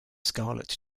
scarlet